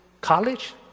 college